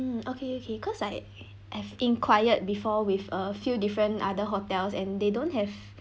um okay okay because I have inquired before with a few different other hotels and they don't have